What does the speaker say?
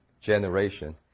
generation